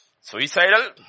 suicidal